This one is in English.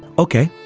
okay.